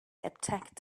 attacked